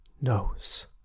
knows